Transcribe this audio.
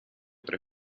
tre